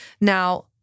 Now